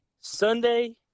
Sunday